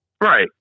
Right